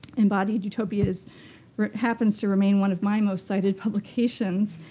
embodied utopias happens to remain one of my most cited publications.